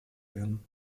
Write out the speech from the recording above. werden